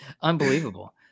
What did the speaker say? unbelievable